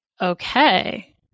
Okay